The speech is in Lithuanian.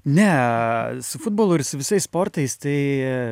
ne su futbolu ir su visais sportais tai